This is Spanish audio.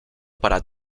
para